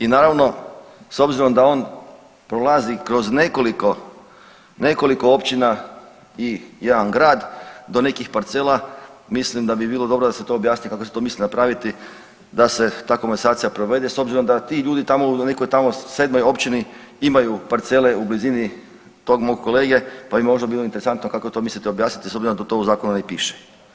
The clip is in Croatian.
I naravno s obzirom da on prolazi kroz nekoliko, nekoliko općina i jedan grad do nekih parcela mislim da bi bilo dobro da se to objasni kako se to misli napraviti da se ta komesacija provede s obzirom da ti ljudi tamo u nekoj tamo sedmoj općini imaju parcele u blizini tog mog kolege, pa bi možda bilo interesantno kako to mislite objasniti s obzirom da to u zakonu ne piše.